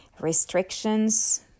restrictions